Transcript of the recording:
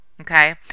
Okay